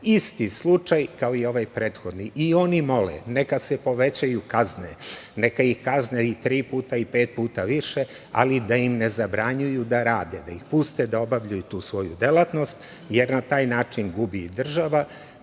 Isti slučaj kao i ovaj prethodni. I oni mole neka se povećaju kazne, neka ih kazne i tri puta i pet puta više, ali da im ne zabranjuju da rade, da ih puste da obavljaju tu svoju delatnost jer na taj način gubi država,